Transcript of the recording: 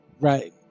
Right